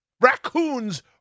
Raccoons